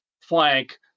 flank